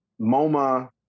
MoMA